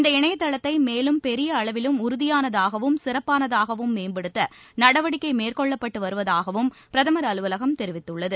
இந்த இணையதளத்தை மேலும் பெரிய அளவிலும் உறுதியானதாகவும் சிறப்பானதாகவும் மேம்படுத்த நடவடிக்கை மேற்கொள்ளப்பட்டு வருவதாகவும் பிரதமர் அலுவலகம் தெரிவித்துள்ளது